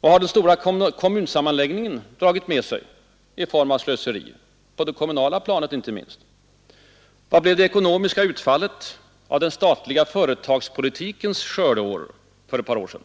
Vad har den stora kommunsammanläggningen dragit med sig i form av slöseri? Vad blev det ekonomiska utfallet av den statliga företagspolitikens skördeår för ett par år sedan?